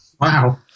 Wow